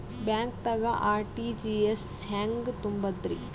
ಬ್ಯಾಂಕ್ದಾಗ ಆರ್.ಟಿ.ಜಿ.ಎಸ್ ಹೆಂಗ್ ತುಂಬಧ್ರಿ?